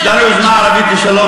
יש לנו יוזמה ערבית לשלום.